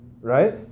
right